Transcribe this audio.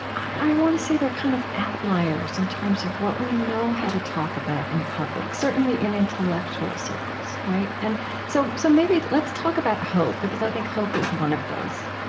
i want to say they're kind of outliers in terms of what we know how to talk about in public. certainly in intellectual circles, right? and so, so maybe, let's talk about hope, because i think hope is one of those